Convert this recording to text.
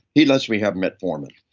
he lets me have metformin.